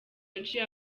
yaciye